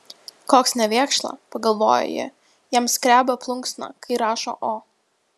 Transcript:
koks nevėkšla pagalvojo ji jam skreba plunksna kai rašo o